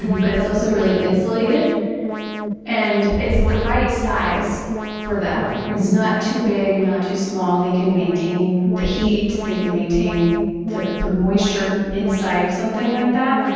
but it's also really insulated and it's the right size for them. it's not too big and not too small. they can maintain the heat, they can maintain the the moisture inside of something like that.